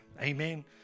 Amen